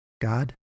God